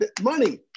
Money